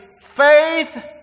faith